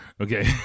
okay